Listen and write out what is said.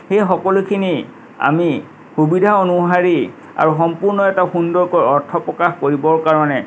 সেই সকলোখিনি আমি সুবিধা অনুসাৰি আৰু সম্পূৰ্ণ এটা সুন্দৰকৈ অৰ্থ প্ৰকাশ কৰিবৰ কাৰণে